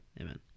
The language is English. Amen